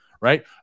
Right